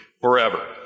forever